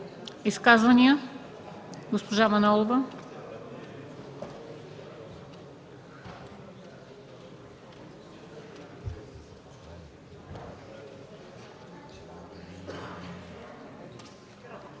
Изказвания? Госпожа Манолова.